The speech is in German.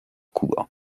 kuba